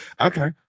okay